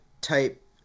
type